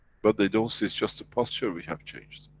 but they don't see it's just the posture we have changed.